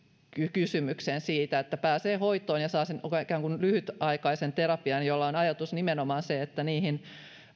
kysymykseen siitä että pääsee hoitoon ja saa sen ikään kuin lyhytaikaisen terapian jossa on ajatus nimenomaan se että